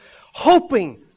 hoping